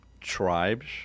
tribes